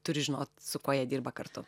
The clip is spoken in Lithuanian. turi žinot su kuo jie dirba kartu